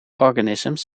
organisms